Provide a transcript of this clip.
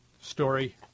story